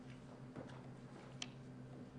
להבדיל מגנים